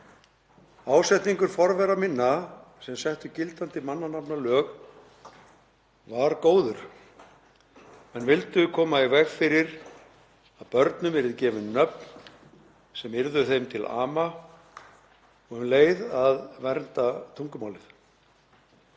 Ásetningur forvera minna, sem settu gildandi mannanafnalög, var góður. Menn vildu koma í veg fyrir að börnum yrðu gefin nöfn sem yrðu þeim til ama og um leið að vernda tungumálið.